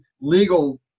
legal